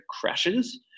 crashes